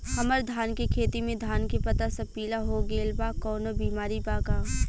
हमर धान के खेती में धान के पता सब पीला हो गेल बा कवनों बिमारी बा का?